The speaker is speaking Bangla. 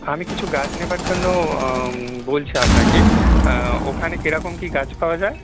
আমি কিছু গাছ নেওয়ার জন্য বলছি আপনাকে ওখানে কিরকম কী গাছ পাওয়া যায়